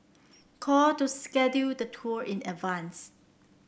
call to schedule the tour in advance